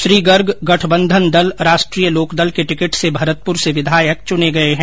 श्री गर्ग गठबंधन दल राष्ट्रीय लोकदल के टिकट से भरतपुर से विधायक चुने गये हैं